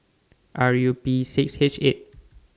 R U P six H eight